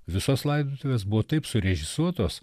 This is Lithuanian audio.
visos laidotuvės buvo taip surežisuotos